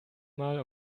mal